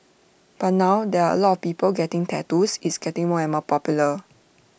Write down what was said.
but now there are lot people getting tattoos it's getting more and more popular